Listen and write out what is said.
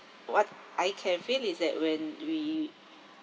what I can feel is that when we